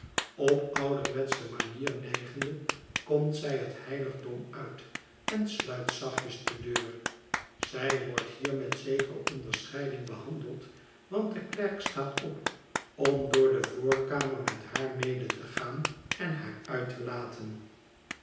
op ouder wetsche manier nijgende komt zij het heiligdom uit en sluit zachtjes de deur zij wordt hier met zekere onderscheiding behandeld want de klerk staat op om door de voorkamer met haar mede te gaan en haar uit te laten